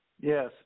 Yes